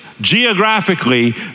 geographically